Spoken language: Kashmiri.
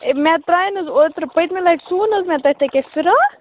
اے مےٚ ترٛایے نہٕ حظ اوترٕ پٔتۍمہِ لَٹہِ سُوُو نہٕ حظ مےٚ تۄہہِ فِراک